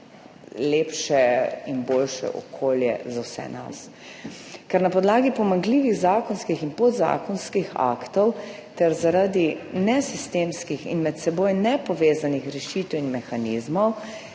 lepše in boljše okolje za vse nas. Ker na podlagi pomanjkljivih zakonskih in podzakonskih aktov ter zaradi nesistemskih in med seboj nepovezanih rešitev in mehanizmov